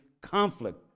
conflict